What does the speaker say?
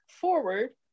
forward